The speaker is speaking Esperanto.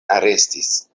arestis